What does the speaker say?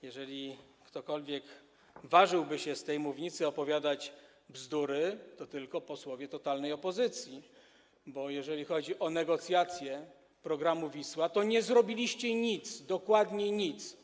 Jeżeli ktokolwiek ważyłby się z tej mównicy opowiadać bzdury, to tylko posłowie totalnej opozycji, bo jeżeli chodzi o negocjacje programu „Wisła”, to nie zrobiliście nic, dokładnie nic.